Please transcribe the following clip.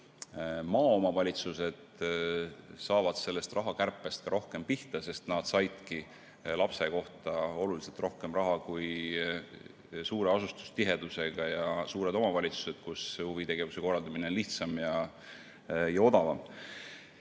maaomavalitsused sellest rahakärpest ka rohkem pihta, sest nad saidki lapse kohta oluliselt rohkem raha kui suure asustustihedusega ja suured omavalitsused, kus huvitegevuse korraldamine on lihtsam ja odavam.